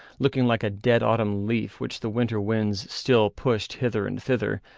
looking like a dead autumn leaf which the winter winds still pushed hither and thither,